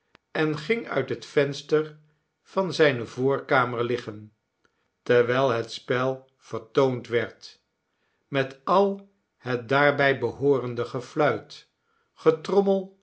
en ging uit het venster van zijne voorkamer liggen terwijl het spel vertoond werd met al het daarbij behoorende gefluit